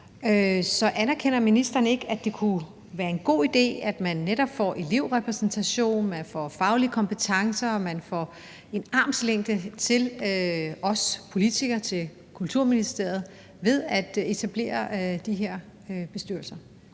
anerkender ministeren så ikke, at det kunne være en god idé, at man netop får elevrepræsentation, at man får faglige kompetencer, og at man får en armslængde til os politikere, til Kulturministeriet, ved at etablere de her bestyrelser?